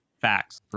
Facts